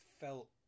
felt